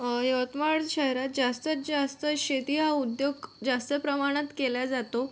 यवतमाळ शहरात जास्तीत जास्त शेती हा उद्योग जास्त प्रमाणात केला जातो